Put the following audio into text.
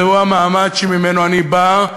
זהו המעמד שממנו אני בא,